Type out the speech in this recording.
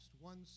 one